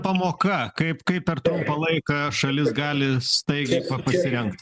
pamoka kaip kaip per trumpą laiką šalis gali staigiai pasirengt